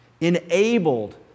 enabled